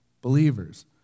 believers